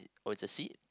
oh it's a seat